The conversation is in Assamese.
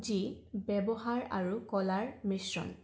যি ব্যৱহাৰ আৰু কলাৰ মিশ্ৰণ